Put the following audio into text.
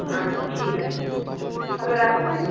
আচ্ছা ঠিক আছে তাহলে রাখছি